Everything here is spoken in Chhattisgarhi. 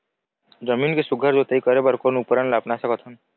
जमीन के सुघ्घर जोताई करे बर कोन उपकरण ला अपना सकथन?